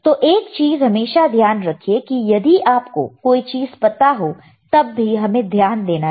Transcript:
तो एक चीज हमेशा ध्यान रखिए कि यदि आपको कोई चीज पता हो तब भी हमें ध्यान देना चाहिए